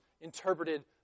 interpreted